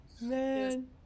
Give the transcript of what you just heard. man